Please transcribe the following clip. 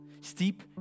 Steep